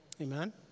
Amen